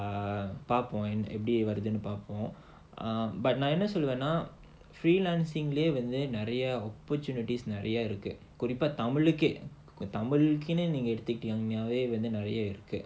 err Powerpoint எப்படி வருதுன்னு பார்ப்போம் நான் என்ன சொல்வேனா:epdi varuthunnu paarpopm naan enna solvaenaa freelancing நிறைய இருக்கு குறிப்பா தமிழுக்கே தமிழுக்கே நீங்க எடுத்துக்கிட்டா நிறைய இருக்கு:niraiya irukku kurippaa tamilukkae tamilukkae neenga eduthukitta niraiya irukku